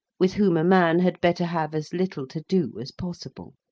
with whom a man had better have as little to do as possible.